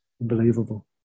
Unbelievable